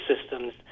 systems